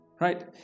right